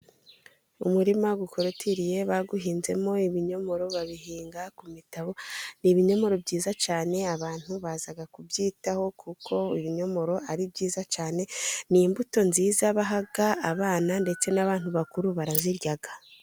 Umurima ukorotiriye bawuhinzemo ibinyomoro, babihinga ku mitabo. Ni ibinyomoro byiza cyane, abantu baza kubyitaho kuko ibinyomoro ari byiza cyane. Ni imbuto nziza baha abana ndetse n'abantu bakuru barazirya.